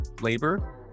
labor